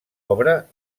obra